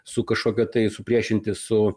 su kažkokiu tai supriešinti su